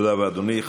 תודה רבה, אדוני.